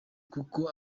kuko